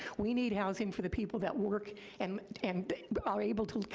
we need housing for the people that work and, and are able to,